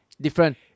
Different